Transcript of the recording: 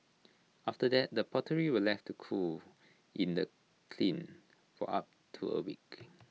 after that the pottery were left to cool in the kiln for up to A week